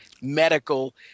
medical